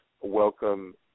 welcome